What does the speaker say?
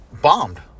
bombed